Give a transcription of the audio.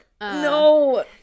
No